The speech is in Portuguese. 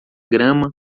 grama